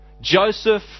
Joseph